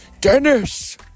Dennis